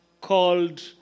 called